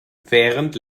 während